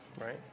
Right